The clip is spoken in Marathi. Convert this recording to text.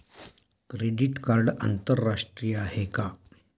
क्रेडिट कार्ड आंतरराष्ट्रीय आहे का?